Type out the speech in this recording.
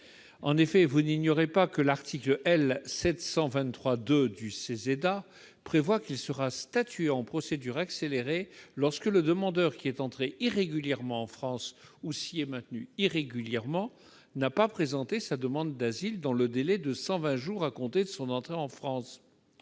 de M. Leconte. L'article L. 723-2 du CESEDA prévoit qu'il sera statué en procédure accélérée lorsque le demandeur qui est entré irrégulièrement en France ou s'y est maintenu irrégulièrement n'a pas présenté sa demande d'asile dans le délai de 120 jours à compter de son entrée en France.